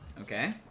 okay